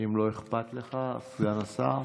אם לא אכפת לך, סגן השר.